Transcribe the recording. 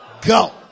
go